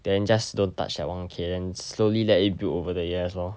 then just don't touch that one K then slowly let it build over the years lor